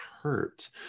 hurt